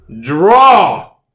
Draw